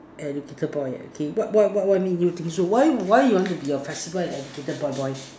and difficult boy okay what what what make you think so why why you want to be your president and educated boy boy